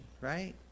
right